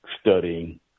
studying